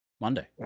Monday